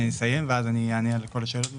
אני אסיים ואז אני אענה על כל השאלות בבקשה.